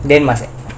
then must